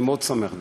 אני מאוד שמח,